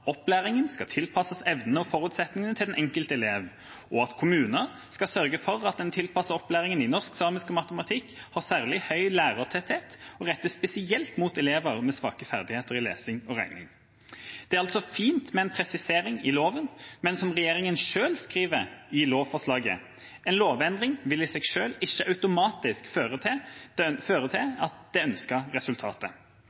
opplæringen skal tilpasses evnene og forutsetningene til den enkelte elev, og at kommunene skal sørge for at den tilpassede opplæringen i norsk, samisk og matematikk har særlig høy lærertetthet og rettes spesielt mot elever med svake ferdigheter i lesing og regning. Det er altså fint med en presisering i loven, men som regjeringa selv skriver i lovforslaget, vil ikke en lovendring i seg selv automatisk føre til